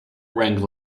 rang